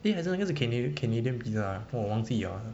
eh 哪个是 canad~ canadian pizza ah 我忘记 liao ah